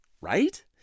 right